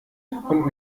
und